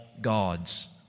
gods